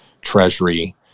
Treasury